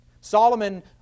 Solomon